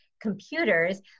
computers